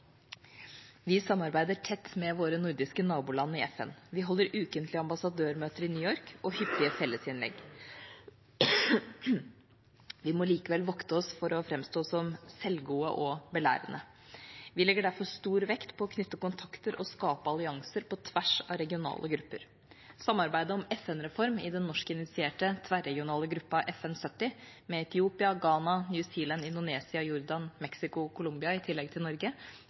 Vi samarbeider tett med våre nordiske naboland i FN. Vi holder ukentlig ambassadørmøter i New York og hyppig fellesinnlegg. Vi må likevel vokte oss for å framstå som selvgode og belærende. Vi legger derfor stor vekt på å knytte kontakter og skape allianser på tvers av regionale grupper. Samarbeidet om FN-reform i den norskinitierte tverregionale gruppa FN70, med Etiopia, Ghana, New Zealand, Indonesia, Jordan, Mexico og Colombia i tillegg til Norge,